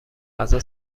غذا